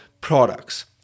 products